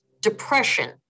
depression